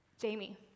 Jamie